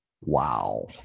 Wow